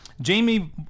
Jamie